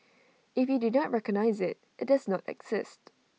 if you do not recognise IT it does not exist